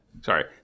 sorry